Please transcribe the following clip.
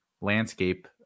landscape